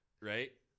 right